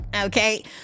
Okay